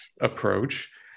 Approach